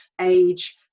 age